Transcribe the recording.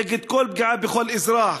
נגד כל פגיעה בכל אזרח,